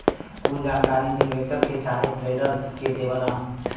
कुल जानकारी निदेशक के चाहे ट्रेडर के देवलन